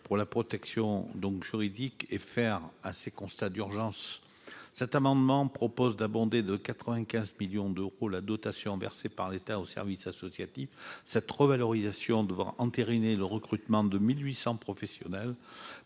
pour la protection donc juridique et faire à ces constats d'urgence cet amendement propose d'abonder de 95 millions d'euros, la dotation versée par l'État au service associatif cette revalorisation devant entériner le recrutement de 1000 800 professionnels